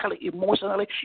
emotionally